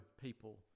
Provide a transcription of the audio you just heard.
people